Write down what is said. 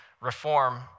reform